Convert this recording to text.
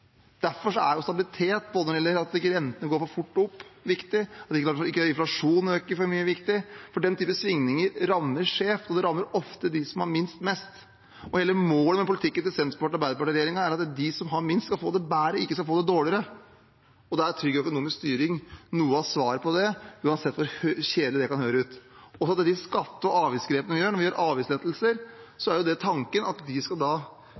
både at rentene ikke går for fort opp, og at inflasjonen ikke øker for mye. For den typen svingninger rammer skjevt, og de rammer ofte dem som har minst, mest. Hele målet med politikken til Senterparti–Arbeiderparti-regjeringen er at de som har minst, skal få det bedre, ikke dårligere. Da er trygg økonomisk styring noe av svaret på det, uansett hvor kjedelig det kan høres ut. Når det gjelder skatte og avgiftsgrepene vi gjør når vi gjør avgiftslettelser, er tanken at de skal